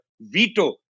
veto